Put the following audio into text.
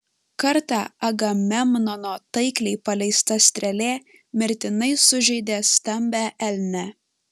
kartą agamemnono taikliai paleista strėlė mirtinai sužeidė stambią elnę